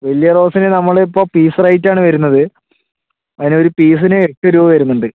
വലിയ റോസിന് നമ്മളിപ്പോൾ പീസ് റേറ്റ് ആണ് വരുന്നത് അതിനൊരു പീസിന് എട്ടു രൂപ വരുന്നുണ്ട്